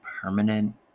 permanent